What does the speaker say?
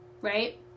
Right